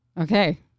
okay